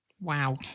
Wow